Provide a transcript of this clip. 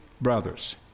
brothers